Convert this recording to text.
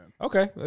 Okay